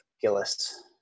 gillis